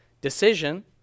decision